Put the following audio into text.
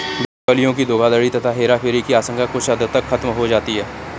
बिचौलियों की धोखाधड़ी तथा हेराफेरी की आशंका कुछ हद तक खत्म हो जाती है